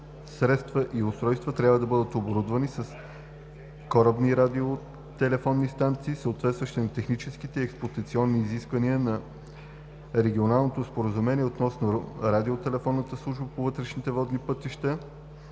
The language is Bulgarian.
средства и устройства, трябва да бъдат оборудвани с корабни радиотелефонни станции, съответстващи на техническите и експлоатационни изисквания на Регионалното споразумение относно радиотелефонната служба по вътрешните водни пътища